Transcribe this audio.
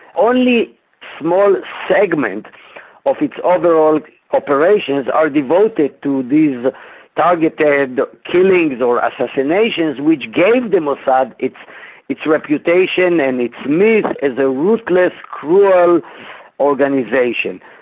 only small segments of its overall operations are devoted to these targeted killings or assassinations, which gave the mossad its its reputation and its myth as a ruthless, cruel organisation,